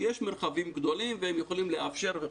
כי יש מרחבים גדולים והם יכולים לאפשר וכו'.